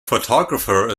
photographer